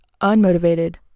unmotivated